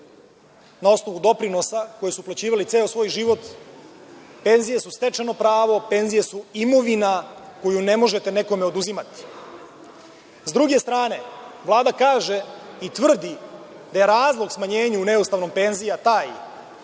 na osnovu doprinosa koji su uplaćivali ceo svoj život. Penzije su stečeno pravo, penzije su imovina koju ne možete nekome oduzimati.S druge strane, Vlada kaže i tvrdi da je razlog neustavnog smanjenja penzija taj